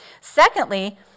Secondly